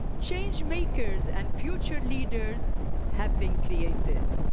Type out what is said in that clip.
change-makers and future leaders have been created.